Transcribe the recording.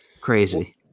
Crazy